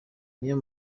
niyo